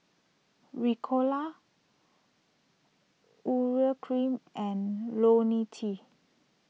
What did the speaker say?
Ricola Urea Cream and Ionil T